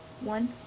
one